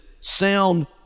sound